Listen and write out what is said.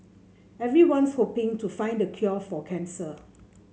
everyone's hoping to find the cure for cancer